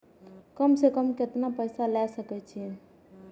कम से कम केतना पैसा ले सके छी?